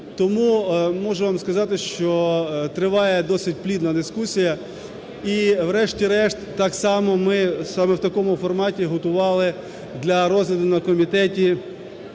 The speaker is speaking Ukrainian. Тому можу вам сказати, що триває досить плідна дискусія і, врешті-решт, так само ми саме в такому форматі готували для розгляду на комітеті